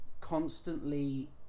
Constantly